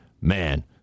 man